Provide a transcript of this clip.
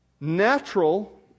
natural